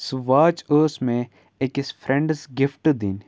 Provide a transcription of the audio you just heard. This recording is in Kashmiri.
سُہ واچ ٲس مےٚ أکِس فرٛٮ۪نٛڈَس گِفٹ دِنۍ